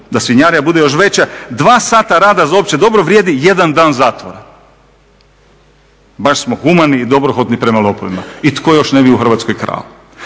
Da svinjarija bude još veća 2 sata rada za opće dobro vrijedi jedan dan zatvora. Baš smo humani i dobrohotni prema lopovima. I tko još ne bi u Hrvatskoj krao?